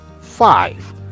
five